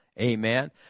Amen